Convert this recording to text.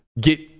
get